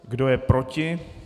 Kdo je proti?